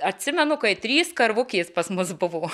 atsimenu kai trys karvutės pas mus buvo